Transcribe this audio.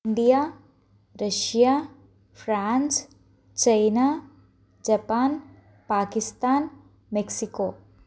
India Russia France China Japan Pakistan Mexico